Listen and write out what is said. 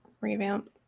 revamp